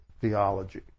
theology